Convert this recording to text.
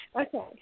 Okay